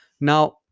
Now